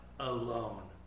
alone